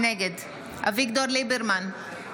נגד אביגדור ליברמן,